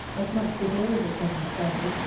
as much below the common standard,